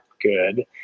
good